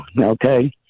okay